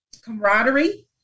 camaraderie